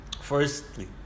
Firstly